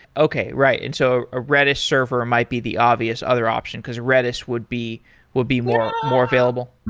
okay. right. and so a redis server might be the obvious other option, because redis would be would be more more available.